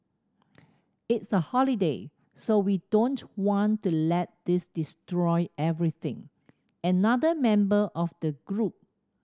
it's a holiday so we don't want to let this destroy everything another member of the group